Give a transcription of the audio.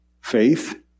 faith